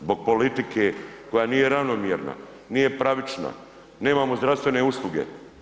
Zbog politike koja nije ravnomjerna, nije pravična, nemamo zdravstvene usluge.